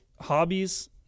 hobbies